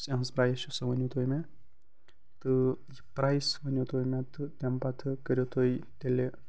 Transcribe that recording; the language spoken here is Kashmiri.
یۄس أہنٛز پرایِس چھِ سۄ ؤنو تُہۍ مےٚ تہٕ یہِ پرایِس ؤنو تُہۍ مےٚ تہٕ تمہِ پَتہٕ کٔرِو تُہۍ تیٚلہِ